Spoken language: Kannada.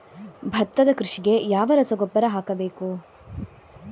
ಭತ್ತದ ಕೃಷಿಗೆ ಯಾವ ರಸಗೊಬ್ಬರ ಹಾಕಬೇಕು?